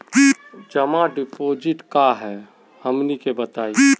जमा डिपोजिट का हे हमनी के बताई?